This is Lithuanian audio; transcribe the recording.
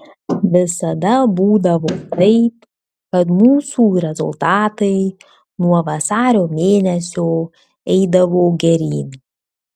visada būdavo taip kad mūsų rezultatai nuo vasario mėnesio eidavo geryn